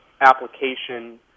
application